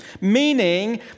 meaning